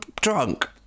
drunk